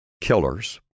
killers